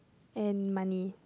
and money